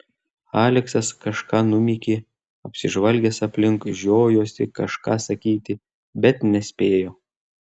aleksas kažką numykė apsižvalgęs aplinkui žiojosi kažką sakyti bet nespėjo